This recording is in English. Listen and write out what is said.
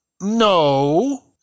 No